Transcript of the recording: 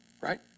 Right